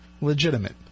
legitimate